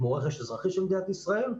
כמו רכש אזרחי של מדינת ישראל,